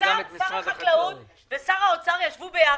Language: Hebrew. שר החקלאות ושר האוצר ישבו ביחד,